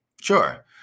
Sure